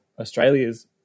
Australia's